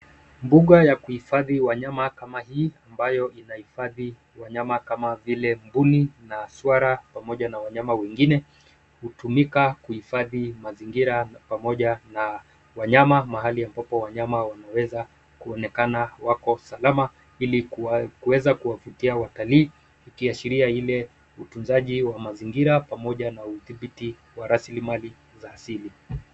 Mbuga ya kuhifadhi wanyama kama hii, ambayo inahifadhi wanyama kama vile mbuni na swara pamoja na wanyama wengine hutumika kuhifadhi mazingira pamoja na wanyama mahali ambapo wanyama wanaweza kuonekana wako salama ili kuweza kuwavutia watalii ikiashiria vile utunzaji wa mazingira pamoja na udhibiti wa rasilimali za asili.